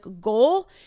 goal